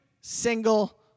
single